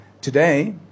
Today